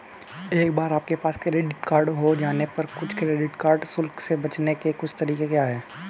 एक बार आपके पास क्रेडिट कार्ड हो जाने पर कुछ क्रेडिट कार्ड शुल्क से बचने के कुछ तरीके क्या हैं?